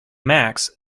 max